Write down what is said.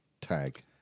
tag